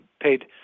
paid